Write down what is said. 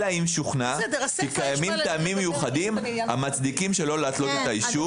אלא אם שוכנע כי קיימים טעמים מיוחדים המצדיקים לא להתלות את האישור.